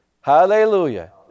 Hallelujah